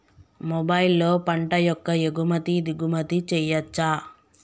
మొబైల్లో పంట యొక్క ఎగుమతి దిగుమతి చెయ్యచ్చా?